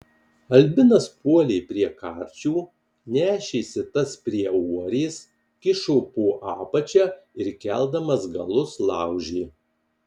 albinas puolė prie karčių nešėsi tas prie uorės kišo po apačia ir keldamas galus laužė